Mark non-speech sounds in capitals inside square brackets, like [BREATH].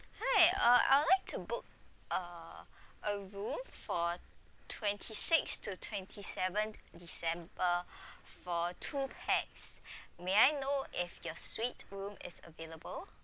hi uh I like to book uh a room for twenty sixth to twenty seventh december [BREATH] for two pax [BREATH] may I know if your suite room is available